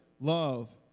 love